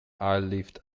airlift